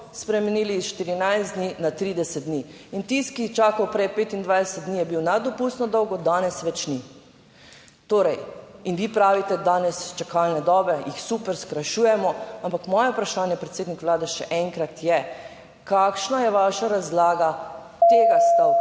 spremenili s 14 dni na 30 dni in tisti, ki je čakal prej 25 dni, je bil nad dopustno dolgo, danes več ni. Torej in vi pravite, danes čakalne dobe, jih super skrajšujemo, ampak moje vprašanje, predsednik Vlade, še enkrat, je, kakšna je vaša razlaga tega stavka,